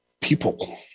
people